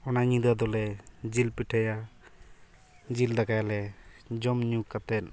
ᱚᱱᱟ ᱧᱤᱫᱟᱹ ᱫᱚ ᱞᱮ ᱡᱤᱞ ᱯᱤᱴᱷᱟᱹᱭᱟ ᱡᱤᱞ ᱫᱟᱠᱟᱭᱟᱞᱮ ᱡᱚᱢᱼᱧᱩ ᱠᱟᱛᱮᱫ